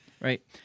Right